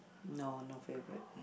no no favourite